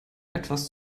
etwas